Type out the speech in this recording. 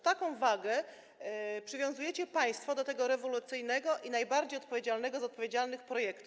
Taką wagę przywiązujecie państwo do tego rewolucyjnego i najbardziej odpowiedzialnego z odpowiedzialnych projektów.